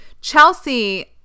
Chelsea